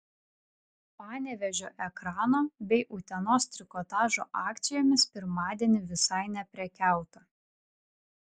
panevėžio ekrano bei utenos trikotažo akcijomis pirmadienį visai neprekiauta